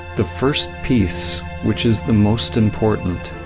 the first peace, which is the most important,